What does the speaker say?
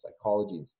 psychology